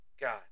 God